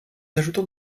ajoutant